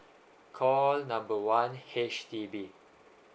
call number one H_D_B